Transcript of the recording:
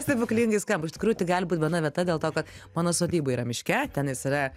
stebuklingai skamb iš tikrųjų tai gali būt viena vieta dėl to ka mano sodyba yra miške tenais yra